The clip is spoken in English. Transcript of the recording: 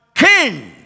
king